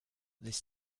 this